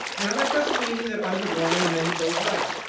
now, that doesn't mean that i would want to amend the bill of rights.